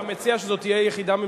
אתה מציע שזו תהיה יחידה ממשלתית?